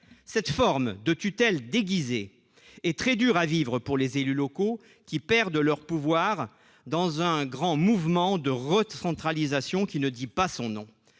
Cette forme de tutelle déguisée est très dure à vivre pour les élus locaux, qui perdent leurs pouvoirs au bénéfice d'un grand mouvement de recentralisation qui ne dit pas son nom.